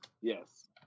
yes